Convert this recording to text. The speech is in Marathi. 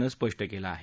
नं स्पष्ट केलं आहे